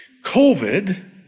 covid